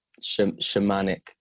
shamanic